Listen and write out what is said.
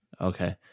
Okay